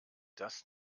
das